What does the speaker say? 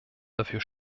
dafür